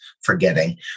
forgetting